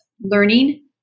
learning